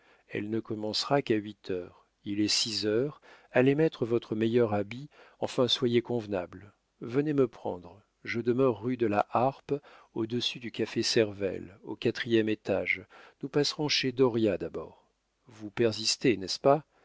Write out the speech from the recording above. elle ne commencera qu'à huit heures il est six heures allez mettre votre meilleur habit enfin soyez convenable venez me prendre je demeure rue de la harpe au-dessus du café servel au quatrième étage nous passerons chez dauriat d'abord vous persistez n'est-ce pas